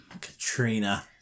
Katrina